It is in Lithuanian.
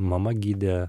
mama gidė